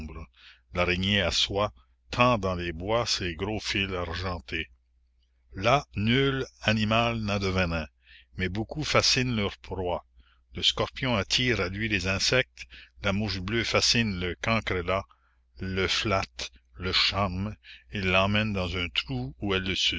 l'araignée à soie tend dans les bois ses gros fils argentés là nul animal n'a de venin mais beaucoup fascinent leur proie le scorpion attire à lui les insectes la mouche bleue fascine le cancrelat le flatte le charme et l'emmène dans un trou où elle le